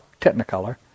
technicolor